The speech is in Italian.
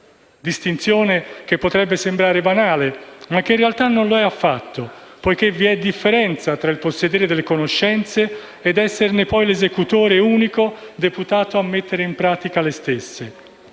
Distinzione che potrebbe sembrare banale, ma che in realtà non lo è affatto, poiché vi è differenza fra il possedere delle conoscenze ed esserne poi l'esecutore unico, deputato a mettere in pratica le stesse.